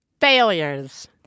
Failures